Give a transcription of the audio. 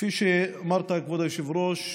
כפי שאמרת, כבוד היושב-ראש,